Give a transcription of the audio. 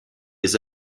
les